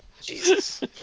Jesus